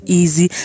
easy